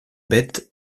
bêtes